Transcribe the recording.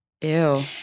Ew